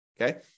Okay